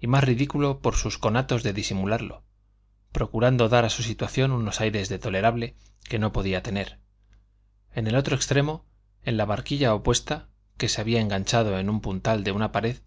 y más ridículo por sus conatos de disimularlo procurando dar a su situación unos aires de tolerable que no podía tener en el otro extremo en la barquilla opuesta que se había enganchado en un puntal de una pared